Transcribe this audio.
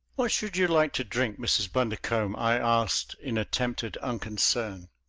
what should you like to drink, mrs. bundercombe? i asked in attempted unconcern.